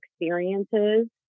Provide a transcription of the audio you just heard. experiences